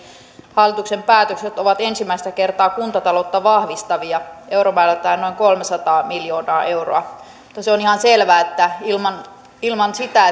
hallituksen päätökset ovat ensimmäistä kertaa kuntataloutta vahvistavia euromäärältään noin kolmesataa miljoonaa euroa mutta se on ihan selvää että ilman ilman sitä